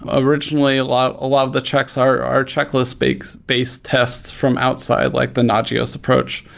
ah originally, a lot lot of the checks, our our checklist based based tests from outside, like the nagios approach.